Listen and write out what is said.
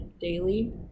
daily